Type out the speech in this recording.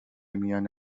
میان